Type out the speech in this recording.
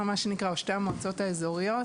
מאה אחוז,